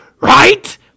Right